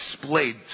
Displayed